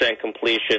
completion